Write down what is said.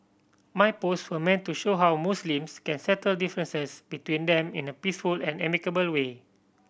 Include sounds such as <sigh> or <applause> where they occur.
my post were meant to show how <unintelligible> Muslims can settle differences between them in a peaceful and amicable way